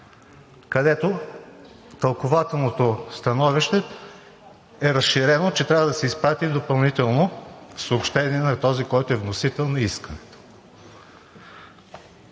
където тълкувателното становище е разширено – че трябва да се изпрати допълнително съобщение на този, който е вносител на искането.